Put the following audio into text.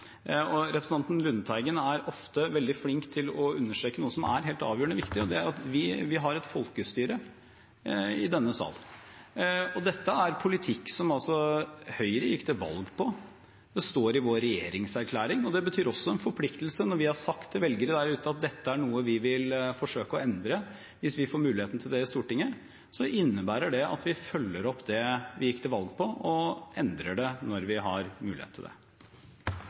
Representanten Lundteigen er ofte veldig flink til å understreke noe som er helt avgjørende viktig, og det er at vi har et folkestyre i denne sal. Dette er politikk som Høyre gikk til valg på. Det står i vår regjeringserklæring. Det betyr også en forpliktelse. Når vi har sagt til velgere der ute at dette er noe vi vil forsøke å endre hvis vi får muligheten til det i Stortinget, innebærer det at vi følger opp det vi gikk til valg på, og endrer det når vi har mulighet til det.